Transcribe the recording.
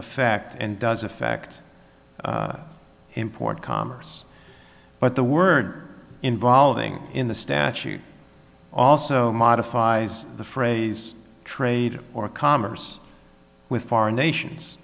affect and does affect import commerce but the word involving in the statute also modifies the phrase trade or commerce with foreign